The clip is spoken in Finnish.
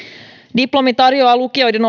diplomi tarjoaa lukioiden